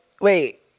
wait